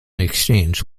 exchange